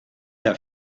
der